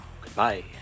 Goodbye